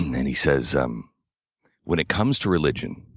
and he says, um when it comes to religion,